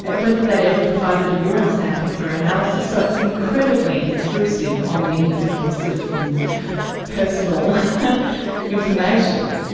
whether they'd ever provided a urine sample for analysis. so it's incredibly intrusive on the individual citizen's personal information.